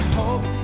hope